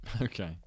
Okay